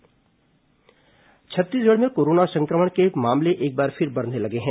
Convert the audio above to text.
corona समाचार छत्तीसगढ़ में corona संक्रमण के मामले एक बार फिर बढ़ने लगे हैं